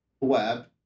web